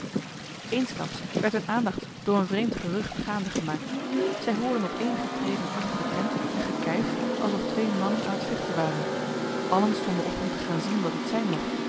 eensklaps werd hun aandacht door een vreemd gerucht gaande gemaakt zij hoorden op enige treden achter de tent een gekijf alsof twee mannen aan het vechten waren allen stonden op om te gaan zien wat dit zijn mocht